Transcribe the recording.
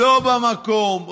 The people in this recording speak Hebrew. לא במקום,